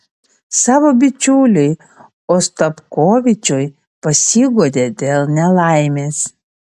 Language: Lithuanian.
savo bičiuliui ostapkovičiui pasiguodė dėl nelaimės